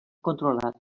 controlat